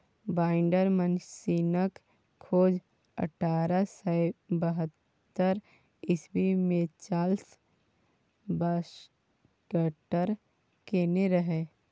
binder मशीनक खोज अठारह सय बहत्तर इस्बी मे चार्ल्स बाक्सटर केने रहय